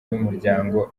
y’umuryango